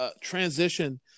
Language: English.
transition